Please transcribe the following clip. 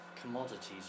commodities